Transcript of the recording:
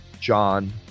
John